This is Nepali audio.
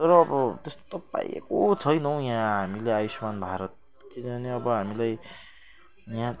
तर अब त्यस्तो पाइएको छैन हौ यहाँ हामीले आयुष्मान् भारत किनभने अब हामीलाई यहाँ